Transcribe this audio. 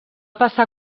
passar